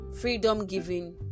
freedom-giving